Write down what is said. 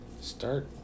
start